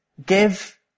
give